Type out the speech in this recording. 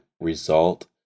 result